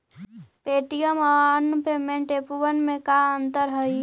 Paytm आउ अन्य payment एपबन में का अंतर हई?